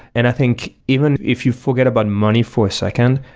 and i think even if you forget about money for a second,